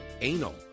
anal